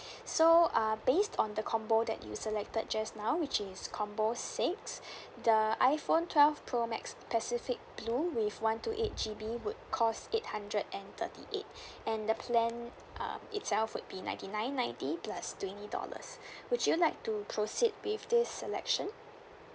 so uh based on the combo that you selected just now which is combo six the iPhone twelve pro max pacific blue with one two eight G_B would cost eight hundred and thirty eight and the plan um itself would be ninety nine ninety plus twenty dollars would you like to proceed with this selection